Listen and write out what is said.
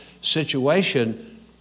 situation